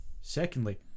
Secondly